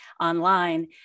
online